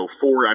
four